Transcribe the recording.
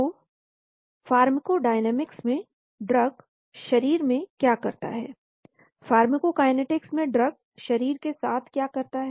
तो फार्माकोडायनामिक्स में ड्रग शरीर में क्या करता है फार्माकोकाइनेटिक्स में शरीर ड्रग के साथ क्या करता है